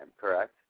correct